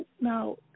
Now